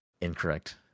Incorrect